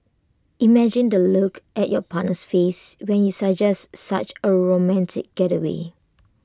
imagine the look at your partner's face when you suggest such A romantic getaway